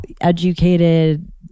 educated